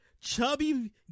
chubby